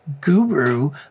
guru